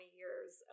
years